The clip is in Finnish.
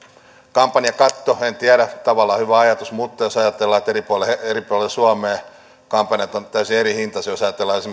kampanjakatto en tiedä on tavallaan hyvä ajatus mutta jos ajatellaan että eri puolilla suomea kampanjat ovat täysin erihintaisia jos ajatellaan esimerkiksi mainostamista niin se